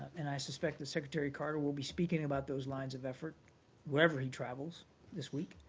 and i suspect that secretary carter will be speaking about those lines of effort wherever he travels this week.